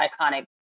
iconic